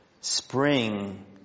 spring